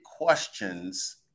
questions